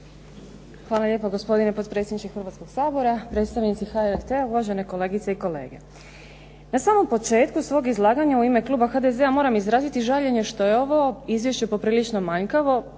Hvala lijepa gospodine potpredsjedniče Hrvatskog sabora, predstavnici HRT-a, uvažene kolegice i kolege. Na samom početku svog izlaganja u ime kluba HDZ-a moram izraziti žaljenje što je ovo izvješće poprilično manjkavo,